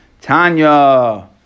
Tanya